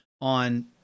on